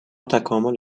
تکامل